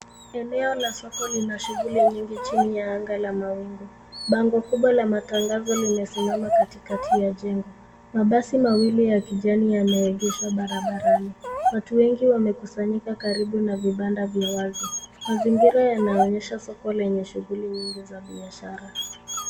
Eneo la soko lina shughuli nyingi chini ya anga la mawingu. Bango kubwa la matangazo limesimama katikati ya jengo. Mabasi mawili ya kijani yameegeshwa barabarani. Watu wengi wamekusanyika karibu na vibanda vya wazi. Mazingira yanaonyesha soko lenye shughuli nyingi za biashara.